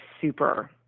super